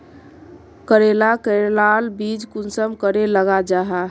करेला करेलार बीज कुंसम करे लगा जाहा?